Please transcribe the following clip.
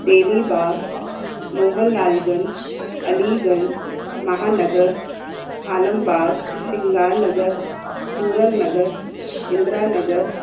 Telibagh Mohanlalganj Aliganj Mahanagar Alambagh Shringar Nagar Puran Nagar Indira Nagar